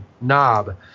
knob